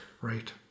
right